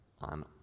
on